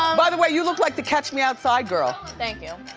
um by the way, you look like the catch me outside girl. thank you.